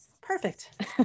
Perfect